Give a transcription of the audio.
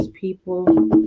people